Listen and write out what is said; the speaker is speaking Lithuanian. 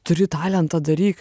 turi talentą daryk